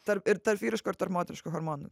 tarp ir tarp vyriškų moteriškų hormonų